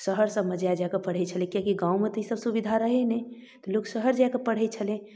शहरसबमे जा जा कऽ पढ़ै छलै किएकि गाममे तऽ ईसब सुविधा रहै नहि तऽ लोक शहर जाकऽ पढ़ै छलै